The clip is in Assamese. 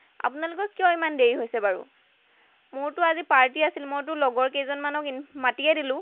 আপোনালোকৰ কিয় ইমান দেৰি হৈছে বাৰু মোৰতো আজি পাৰ্টী আছিল মইতো লগৰ কেইজনমানক মাতিয়েই দিলোঁ